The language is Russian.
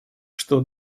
что